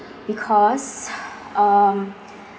because um